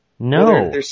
No